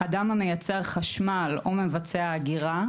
אדם המייצר חשמל או מבצע אגירה,